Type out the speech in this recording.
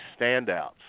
standouts